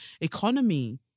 economy